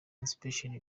inspiration